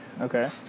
Okay